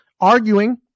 arguing